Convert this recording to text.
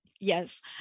Yes